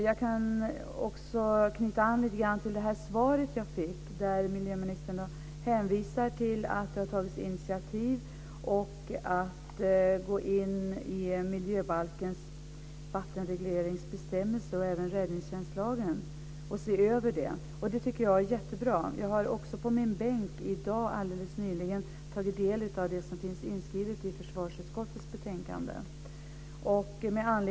Jag kan också knyta an till svaret jag fick, där miljöministern hänvisar till att det har tagits initiativ till en översyn av miljöbalkens vattenregleringsbestämmelser och även räddningstjänstlagen. Det tycker jag är jättebra. Jag har också i min bänk alldeles nyligen i dag tagit del av det som finns inskrivet i försvarsutskottets betänkande.